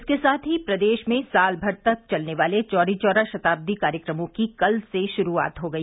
इसके साथ ही प्रदेश में साल भर तक चलने वाले चौरी चौरा शताब्दी कार्यक्रमों की कल से श्रुआत हो गई